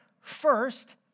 first